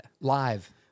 Live